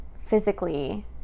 physically